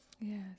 Yes